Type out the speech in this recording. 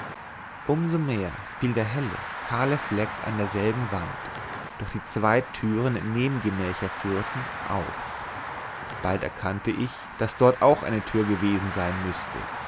so mehr fiel der helle kahle fleck an derselben wand durch die zwei türen in nebengemächer führten auf bald erkannte ich daß dort auch eine tür gewesen sein müßte